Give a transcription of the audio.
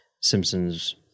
Simpsons